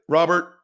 Robert